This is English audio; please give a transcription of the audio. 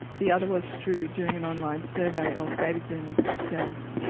the other was through doing an online survey of baby boomers themselves.